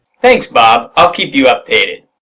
thanks bob. i'll keep you updated!